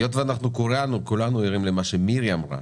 היות וכולנו ערים למה שמירי אמרה,